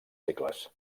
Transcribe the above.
segles